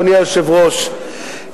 אדוני היושב-ראש,